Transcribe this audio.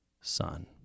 son